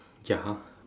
ya